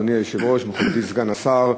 אדוני היושב-ראש, מכובדי סגן השר,